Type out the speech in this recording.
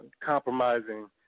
compromising